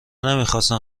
نمیخواستند